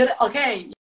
okay